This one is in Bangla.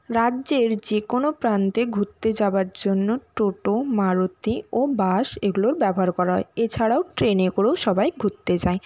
রাজ্যের যে কোনো প্রান্তে ঘুত্তে যাবার জন্য টোটো মারুতি ও বাস এগুলোর ব্যবহার করা হয় এছাড়াও ট্রেনে করেও সবাই ঘুরতে যায়